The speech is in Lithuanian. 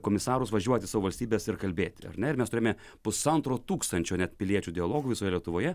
komisarus važiuoti į savo valstybes ir kalbėti ar ne ir mes turime pusantro tūkstančio net piliečių dialogų visoje lietuvoje